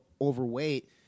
overweight